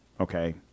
Okay